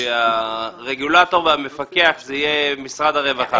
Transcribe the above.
שהרגולטור והמפקח יהיה משרד הרווחה.